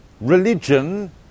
religion